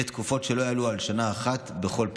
לתקופות שלא יעלו על שנה אחת בכל פעם.